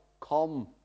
come